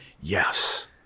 Yes